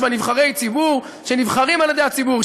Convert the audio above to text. בה נבחרי ציבור שנבחרים על-ידי הציבור,